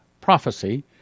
prophecy